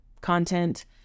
content